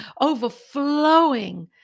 overflowing